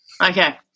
Okay